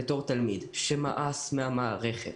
בתור תלמיד שמאס במערכת.